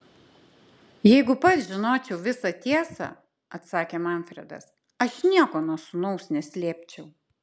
jeigu pats žinočiau visą tiesą atsakė manfredas aš nieko nuo sūnaus neslėpčiau